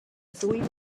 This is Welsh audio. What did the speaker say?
ddwy